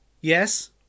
yes